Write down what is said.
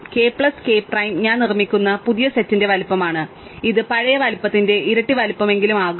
k plus k prime ഞാൻ നിർമ്മിക്കുന്ന പുതിയ സെറ്റിന്റെ വലുപ്പമാണ് ഇത് പഴയ വലുപ്പത്തിന്റെ ഇരട്ടി വലുപ്പമെങ്കിലും ആകും